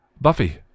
Buffy